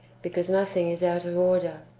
because nothing is out of order.